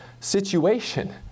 situation